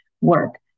work